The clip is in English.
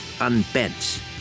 unbent